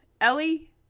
Ellie